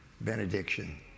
benediction